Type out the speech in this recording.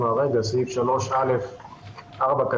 לפסקה 3(א)(4),